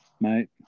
Mate